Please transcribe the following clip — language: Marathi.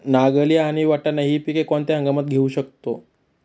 नागली आणि वाटाणा हि पिके कोणत्या हंगामात घेऊ शकतो?